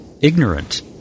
ignorant